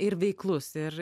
ir veiklus ir